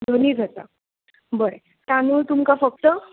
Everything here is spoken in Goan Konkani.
दोनी जाता बरे तादूंळ तुमकां फक्त